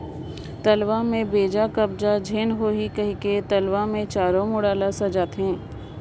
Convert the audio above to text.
तलवा में बेजा कब्जा झेन होहि कहिके तलवा मे चारों मुड़ा ल सजाथें